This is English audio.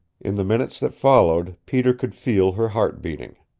in the minutes that followed, peter could feel her heart beating.